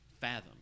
fathom